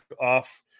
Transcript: off